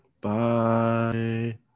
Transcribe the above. Bye